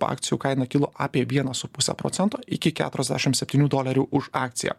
akcijų kaina kilo apie vieną su puse procento iki keturiasdešim septynių dolerių už akciją